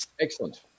excellent